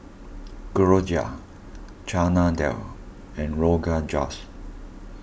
Gyoza Chana Dal and Rogan Josh